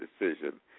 decision